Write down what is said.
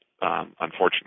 unfortunately